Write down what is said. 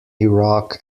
iraq